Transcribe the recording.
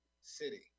city